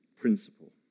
principle